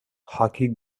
hockey